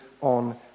on